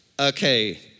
okay